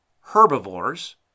herbivores